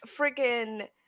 freaking